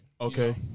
Okay